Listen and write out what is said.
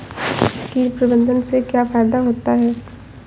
कीट प्रबंधन से क्या फायदा होता है?